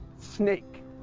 snake